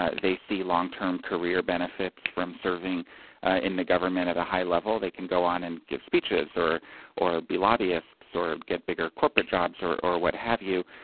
ah they see long term career benefits from serving in the government at a high level they can go on and give speeches or or be lobbyists or get bigger corporate jobs or or what have you.